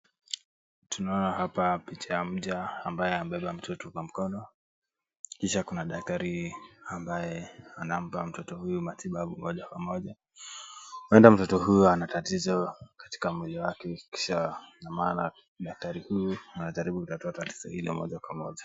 Tunaona hapa picha ya mja ambaye amebeba mtoto kwa mkono. Kisha kuna daktari ambaye anampa mtoto huyu matibabu moja kwa moja. Huenda mtoto huyu ana tatizo katika mwili wake, kisha na maana daktari huyu anajaribu kutatua tatizo hilo moja kwa moja.